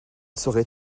serait